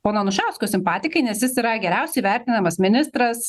pono anušausko simpatikai nes jis yra geriausiai vertinamas ministras